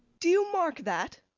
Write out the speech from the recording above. do you mark that?